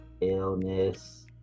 illness